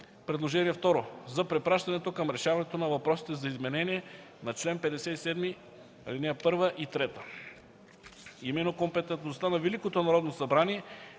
предложение второ, за препращането към решаването на въпросите за изменение на чл. 57, ал. 1 и 3. Именно компетентността на Великото Народно събрание